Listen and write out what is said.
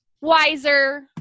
wiser